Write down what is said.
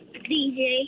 DJ